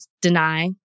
deny